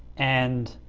and